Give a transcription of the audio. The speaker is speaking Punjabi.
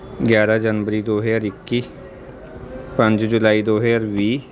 ਗਿਆਰਾਂ ਜਨਵਰੀ ਦੋ ਹਜ਼ਾਰ ਇੱਕੀ ਪੰਜ ਜੁਲਾਈ ਦੋ ਹਜ਼ਾਰ ਵੀਹ